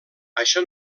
això